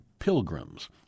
pilgrims